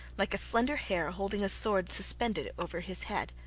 like a slender hair holding a sword suspended over his head.